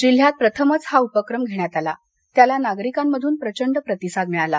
जिल्ह्यात प्रथमच हा उपक्रम घेण्यात आला त्याला नागरिकांमधून प्रचंड प्रतिसाद मिळाला